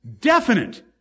definite